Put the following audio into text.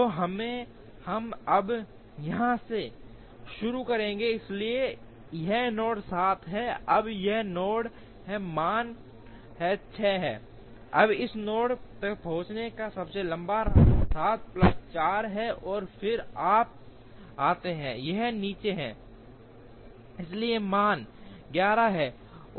तो हम अब यहाँ से यहाँ शुरू करेंगे इसलिए यह नोड 7 है अब यह नोड है मान 6 है अब इस नोड तक पहुंचने का सबसे लंबा रास्ता 7 प्लस 4 है और फिर आप आते हैं यहाँ नीचे है इसलिए मान 11 है